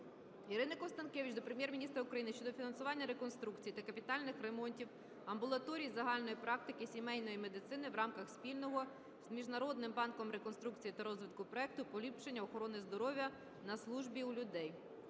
Ірини Констанкевич до Прем'єр-міністра України щодо фінансування реконструкцій та капітальних ремонтів амбулаторій загальної практики сімейної медицини в рамках спільного з Міжнародним банком реконструкції та розвитку проекту "Поліпшення охорони здоров'я на службі у людей".